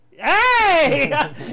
Hey